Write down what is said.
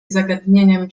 zagadnieniem